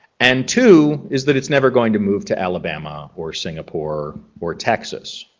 and two is that it's never going to move to alabama or singapore or texas,